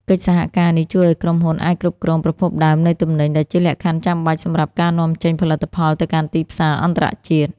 កិច្ចសហការនេះជួយឱ្យក្រុមហ៊ុនអាចគ្រប់គ្រងប្រភពដើមនៃទំនិញ ដែលជាលក្ខខណ្ឌចាំបាច់សម្រាប់ការនាំចេញផលិតផលទៅកាន់ទីផ្សារអន្តរជាតិ។